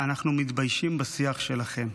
אנחנו מתביישים בשיח שלכם.